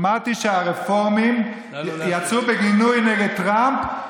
שמעתי שהרפורמים יצאו בגינוי נגד טראמפ,